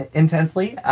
and intensely ah